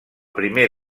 primer